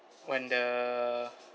when the